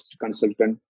consultant